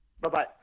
Bye-bye